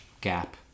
gap